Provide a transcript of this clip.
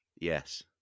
Yes